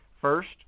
First